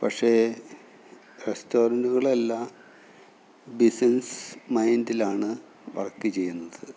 പക്ഷേ റെസ്റ്റോറൻറ്റുകളെല്ലാ ബിസിനസ്സ് മൈൻഡിലാണ് വർക്ക് ചെയ്യുന്നത്